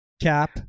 cap